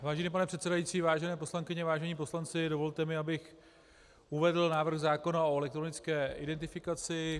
Vážený pane předsedající, vážené poslankyně, vážení poslanci, dovolte mi, abych uvedl návrh zákona o elektronické identifikaci.